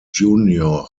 junior